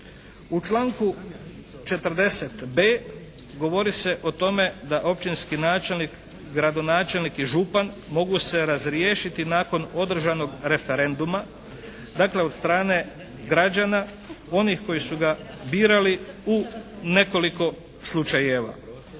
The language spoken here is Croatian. U članku 40.b govori se o tome da općinski načelnik, gradonačelnik i župan mogu se razriješiti nakon održanog referenduma, dakle od strane građana onih koji su ga birali u nekoliko slučajeva.